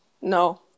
No